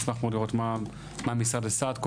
נשמח מאוד לראות מה המשרד עשה עד כה.